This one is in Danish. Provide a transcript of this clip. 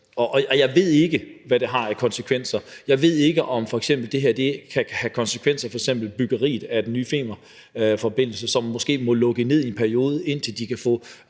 Jeg ved ikke, hvad det har af konsekvenser, jeg ved ikke, om det her f.eks. kan have konsekvenser for byggeriet af den nye Femernforbindelse, som måske må lukke ned i en periode, indtil de kan få